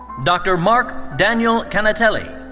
dr. mark daniel cannatelli.